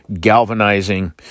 galvanizing